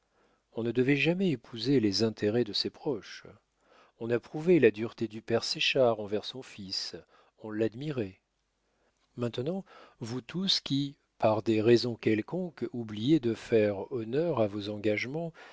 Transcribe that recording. on ne devait jamais épouser les intérêts de ses proches on approuvait la dureté du père séchard envers son fils on l'admirait maintenant vous tous qui par des raisons quelconques oubliez de faire honneur à vos engagements